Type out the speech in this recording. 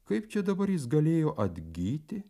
kaip čia dabar jis galėjo atgyti